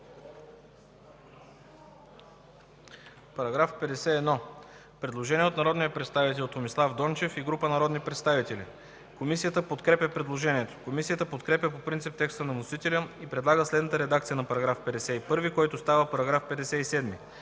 По § 51 има предложение от народния представител Томислав Дончев и група народни представители. Комисията подкрепя предложението. Комисията подкрепя по принцип текста на вносителя и предлага следната редакция на § 51, който става § 57: „§ 57.